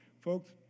Folks